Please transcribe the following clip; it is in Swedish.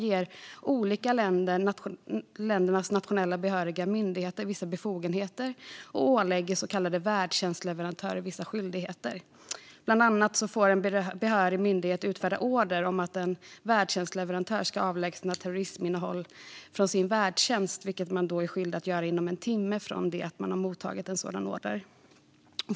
Förordningen ger de olika ländernas nationella behöriga myndigheter vissa befogenheter och ålägger så kallade värdtjänstleverantörer vissa skyldigheter. Bland annat får en behörig myndighet utfärda order om att en värdtjänstleverantör ska avlägsna terrorisminnehåll från sin värdtjänst, vilket leverantören då är skyldig att göra inom en timme från det att man mottagit en sådan order.